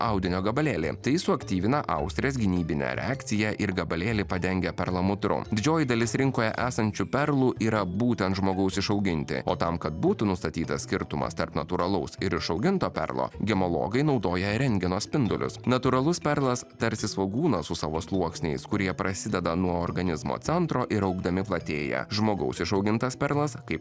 audinio gabalėlį tai jis suaktyvina austrės gynybinę reakciją ir gabalėlį padengia perlamutru didžioji dalis rinkoje esančių perlų yra būtent žmogaus išauginti o tam kad būtų nustatytas skirtumas tarp natūralaus ir išauginto perlo gemologai naudoja rentgeno spindulius natūralus perlas tarsi svogūnas su savo sluoksniais kurie prasideda nuo organizmo centro ir augdami platėja žmogaus išaugintas perlas kaip